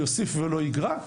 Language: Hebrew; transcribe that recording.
הוא יוסיף ולא יגרע,